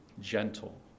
gentle